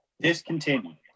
Discontinued